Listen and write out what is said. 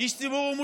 איש ציבור,